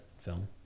film